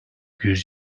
yüz